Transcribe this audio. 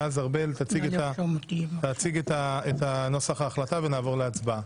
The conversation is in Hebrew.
ואז ארבל תציג את נוסח ההחלטה ונעבור להצבעה.